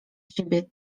siebie